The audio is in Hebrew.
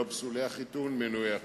לא פסולי החיתון אלא מנועי החיתון.